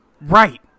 Right